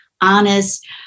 honest